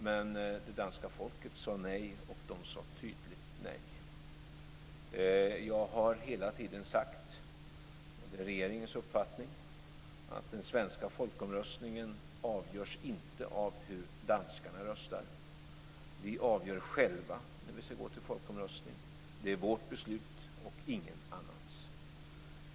Men det danska folket sade nej och de sade tydligt nej. Jag har hela tiden sagt, och det är regeringens uppfattning, att den svenska folkomröstningen inte avgörs av hur danskarna röstar. Vi avgör själva när vi ska gå till folkomröstning. Det är vårt beslut och ingen annans.